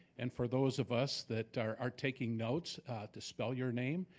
and for those of us that are taking notes to spell your name.